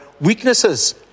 weaknesses